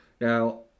Now